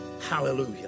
Hallelujah